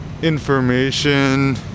information